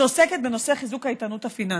שעוסקת בנושא חיזוק האיתנות הפיננסית.